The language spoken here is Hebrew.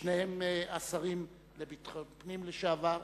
שניהם שרים לביטחון פנים לשעבר,